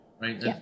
right